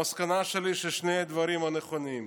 המסקנה שלי היא ששני הדברים נכונים.